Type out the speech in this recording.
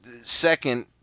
Second